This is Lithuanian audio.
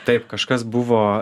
taip kažkas buvo